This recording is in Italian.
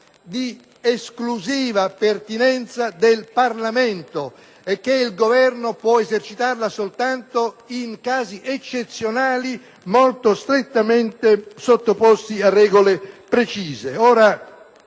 di esclusiva pertinenza del Parlamento e che il Governo può esercitarla soltanto in casi eccezionali, molto chiaramente sottoposti a regole precise.